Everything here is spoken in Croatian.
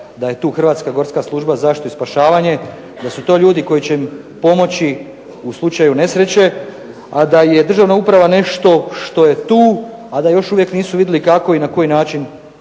da je tu Hrvatska gorska služba za zaštitu i spašavanje, da su to ljudi koji će pomoći u slučaju nesreće, a da je državna uprava nešto što je tu, a da još uvijek nisu vidjeli kako i na koji način